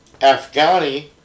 Afghani